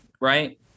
right